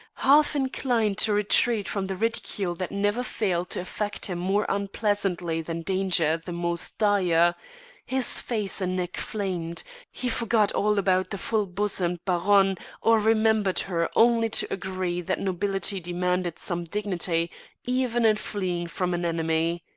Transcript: half inclined to retreat from the ridicule that never failed to affect him more unpleasantly than danger the most dire his face and neck flamed he forgot all about the full-bosomed baronne or remembered her only to agree that nobility demanded some dignity even in fleeing from an enemy.